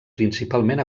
principalment